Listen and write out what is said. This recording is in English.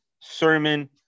sermon